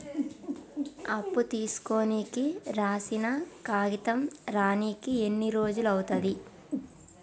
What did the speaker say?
అప్పు తీసుకోనికి రాసిన కాగితం రానీకి ఎన్ని రోజులు అవుతది?